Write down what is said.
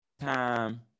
time